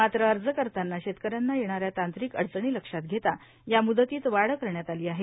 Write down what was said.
मात्रए अर्ज करताना शेतकऱ्यांना येणाऱ्या तांत्रिक अडचणी लक्षात घेताए या मुदतीत वाढ करण्यात आली आहे